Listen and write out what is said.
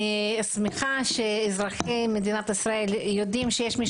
אני שמחה שאזרחי מדינת ישראל יודעים שיש מי